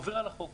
עובר על החוק.